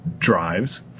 drives